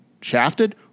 shafted